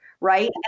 right